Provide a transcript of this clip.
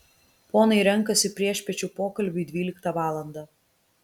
ponai renkasi priešpiečių pokalbiui dvyliktą valandą